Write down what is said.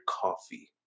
coffee